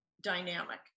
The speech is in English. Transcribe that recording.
dynamic